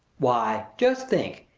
why, just think,